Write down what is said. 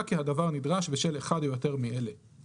כי הדבר נדרש בשל אחד או יותר מאלה:;